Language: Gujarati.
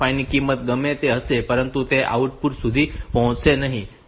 5 ની કિંમત ગમે તે હશે પરંતુ તે આઉટપુટ સુધી પહોંચશે નહીં